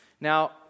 Now